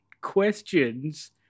questions